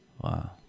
Wow